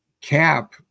cap